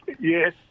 Yes